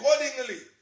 accordingly